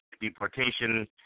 deportation